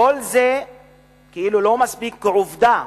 כל זה כאילו לא מספיק כעובדה